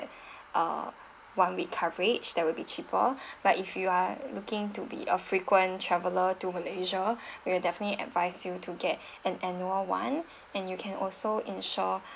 uh one week coverage that will be cheaper but if you are looking to be a frequent traveler to malaysia we definitely advise you to get an annual one and you can also insure